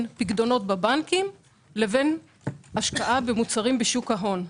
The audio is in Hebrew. פיקדונות בבנקים לבין השקעה במוצרים בשוק ההון.